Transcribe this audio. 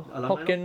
alumni lor